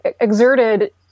exerted